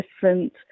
different